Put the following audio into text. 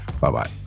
Bye-bye